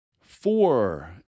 Four